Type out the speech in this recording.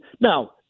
now